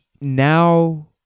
now